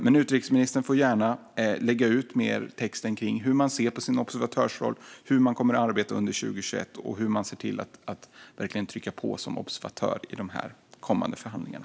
Men utrikesministern får gärna lägga ut texten kring hur man ser på sin observatörsroll, hur man kommer att arbeta under 2021 och hur man som observatör ska se till att verkligen trycka på i de kommande förhandlingarna.